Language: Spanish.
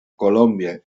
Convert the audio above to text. colombia